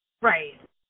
Right